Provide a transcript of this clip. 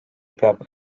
peab